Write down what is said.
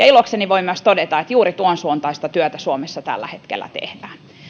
ilokseni voin myös todeta että juuri tuonsuuntaista työtä suomessa tällä hetkellä tehdään